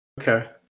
Okay